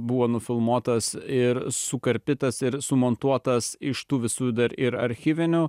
buvo nufilmuotas ir sukarpytas ir sumontuotas iš tų visų dar ir archyvinių